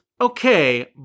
okay